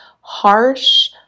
harsh